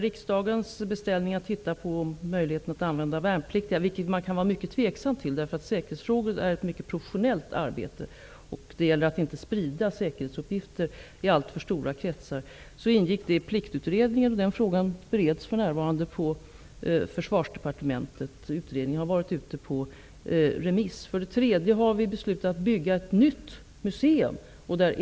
Riksdagens beställning att titta på möjligheten att använda värnpliktiga -- vilket man kan vara mycket tveksam till, därför att säkerhetsfrågor är ett mycket professionellt arbete, och det gäller att inte sprida säkerhetsuppgifter i alltför stora kretsar -- ingick i Pliktutredningen. Den frågan bereds för närvarande på Försvarsdepartementet. Utredningen har varit ute på remiss. Vi har beslutat att bygga ett nytt museum.